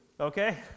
Okay